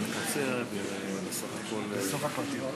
בבקשה, אדוני.